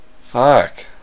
Fuck